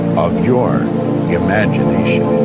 of your imagination.